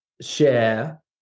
share